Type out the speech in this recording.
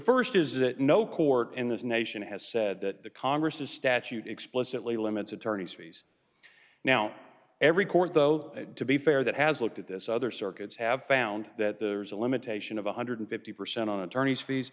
that no court in this nation has said that the congress is statute explicitly limits attorneys fees now every court though to be fair that has looked at this other circuits have found that there's a limitation of one hundred and fifty percent on attorneys fees